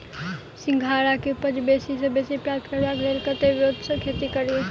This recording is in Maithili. सिंघाड़ा केँ उपज बेसी सऽ बेसी प्राप्त करबाक लेल केँ ब्योंत सऽ खेती कड़ी?